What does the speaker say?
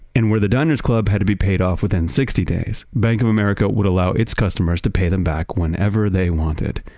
and where the diner's club had to be paid off within sixty days, bank of america would allow its customers to pay them back whenever they wanted.